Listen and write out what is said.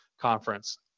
conference